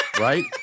Right